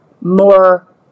more